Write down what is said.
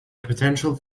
potential